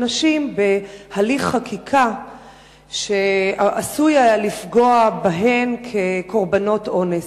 נשים בהליך חקיקה שעשוי היה לפגוע בהן כקורבנות אונס,